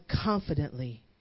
confidently